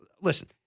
listen